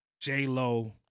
J-Lo